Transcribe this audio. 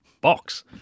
box